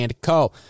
Co